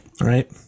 right